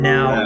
Now